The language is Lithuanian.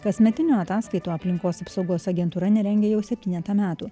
kasmetinių ataskaitų aplinkos apsaugos agentūra nerengia jau septynetą metų